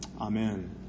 Amen